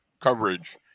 coverage